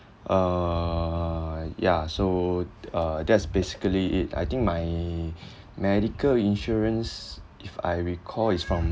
err ya so uh that's basically it I think my medical insurance if I recall is from